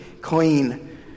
clean